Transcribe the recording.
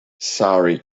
sorry